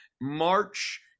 March